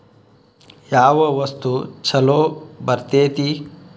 ಯಾವ ವಸ್ತು ಛಲೋ ಬರ್ತೇತಿ?